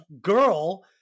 girl